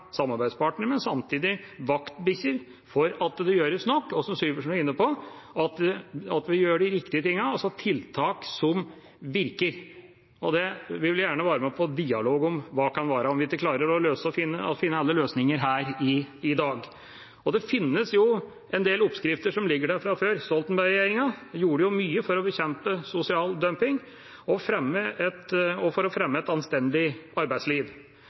samarbeidspartnere, men samtidig vaktbikkjer for at det gjøres nok. Og som representanten Syversen var inne på, vi må gjøre de riktige tingene, ha tiltak som virker. Vi vil gjerne være med på dialog om hva det kan være – vi klarer ikke å finne alle løsningene her i dag. Det finnes en del oppskrifter som ligger der fra før. Stoltenberg-regjeringa gjorde mye for å bekjempe sosial dumping og for å fremme et anstendig arbeidsliv.